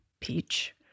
peach